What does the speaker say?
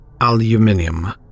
Aluminium